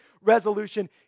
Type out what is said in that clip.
resolution